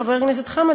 חבר הכנסת עמאר,